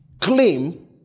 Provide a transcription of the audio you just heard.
claim